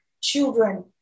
children